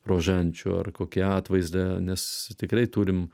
rožančių ar kokį atvaizdą nes tikrai turim